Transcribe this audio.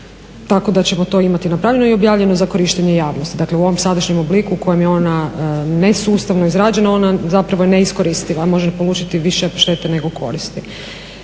tako da ćemo to imati napravljeno i objavljeno za korištenje javnosti. Dakle, u ovom sadašnjem obliku u kojem je ona nesustavno izrađena. Ona zapravo je neiskoristiva, može polučiti više štete nego koristi.